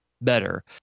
better